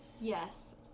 Yes